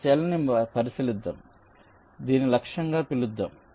ఈ సెల్ ని పరిశీలిద్దాం కాబట్టి దీనిని లక్ష్యంగా పిలుద్దాం